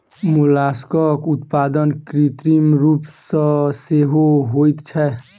मोलास्कक उत्पादन कृत्रिम रूप सॅ सेहो होइत छै